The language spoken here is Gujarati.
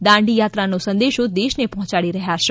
દાંડીયાત્રાનો સંદેશો દેશને પહોયાડી રહ્યા છે